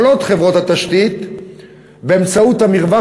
יכולות חברות התשתית באמצעות המרווח